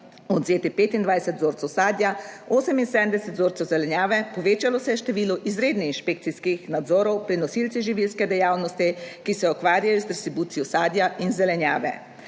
odvzetih 25 vzorcev sadja, 78 vzorcev zelenjave. Povečalo se je število izrednih inšpekcijskih nadzorov pri nosilcih živilske dejavnosti, ki se ukvarjajo z distribucijo sadja in zelenjave.